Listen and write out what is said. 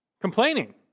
Complaining